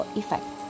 effect